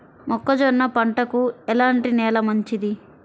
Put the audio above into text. మొక్క జొన్న పంటకు ఎలాంటి నేల మంచిది?